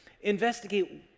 investigate